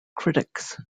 critics